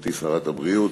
גברתי שרת הבריאות,